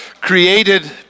created